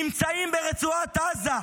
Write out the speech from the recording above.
נמצאים ברצועת עזה,